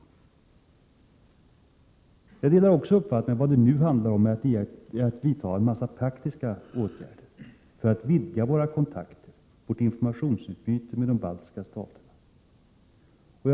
Jag delar också uppfattningen att vad det nu handlar om är att vidta en mängd praktiska åtgärder för att vidga våra kontakter och vårt informationsutbyte med de baltiska staterna.